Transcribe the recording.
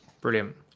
Brilliant